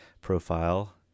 profile